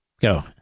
Go